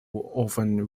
often